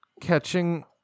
catching